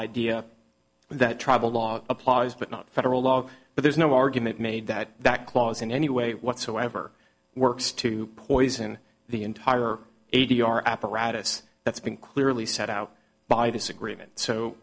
idea that tribal law applies but not federal law but there's no argument made that that clause in any way whatsoever works to poison the entire a d r apparatus that's been clearly set out by this agreement so